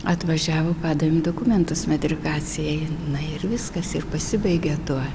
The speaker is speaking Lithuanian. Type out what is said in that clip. atvažiavo padavėm dokumentus metrikacijai ir viskas ir pasibaigė tuo